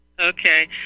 Okay